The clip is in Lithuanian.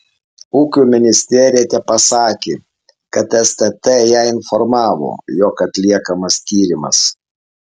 ūkio ministerija tepasakė kad stt ją informavo jog atliekamas tyrimas